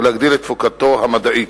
ולהגדיל את תפוקתו המדעית.